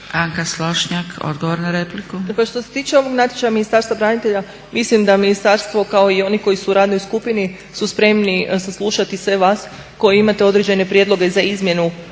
Anka Slonjšak, odgovor na repliku. **Slonjšak, Anka** Pa što se tiče ovog natječaja Ministarstva branitelja mislim da ministarstvo kao i oni koji su u radnoj skupini su spremni saslušati sve vas koji imate određene prijedloge za izmjenu